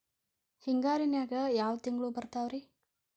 ಹಿಂಗಾರಿನ್ಯಾಗ ಯಾವ ತಿಂಗ್ಳು ಬರ್ತಾವ ರಿ?